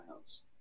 house